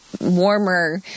warmer